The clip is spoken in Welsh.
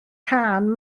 cân